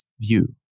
view